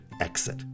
exit